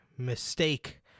mistake